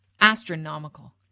astronomical